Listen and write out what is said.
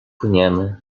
płyniemy